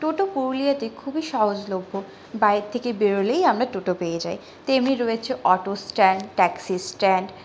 টোটো পুরুলিয়াতে খুবই সহজলভ্য বাড়ির থেকে বেরোলেই আমরা টোটো পেয়ে যাই তেমনি রয়েছে অটো স্ট্যান্ড ট্যাক্সি স্ট্যান্ড